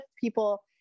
people